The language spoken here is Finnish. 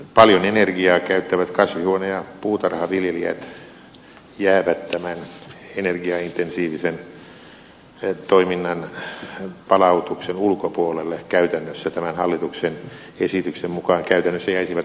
paljon energiaa käyttävät kasvihuone ja puutarhaviljelijät käytännössä jäisivät tämän hallituksen esityksen mukaan energiaintensiivisen toiminnan palautuksen ulkopuolelle